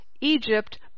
Egypt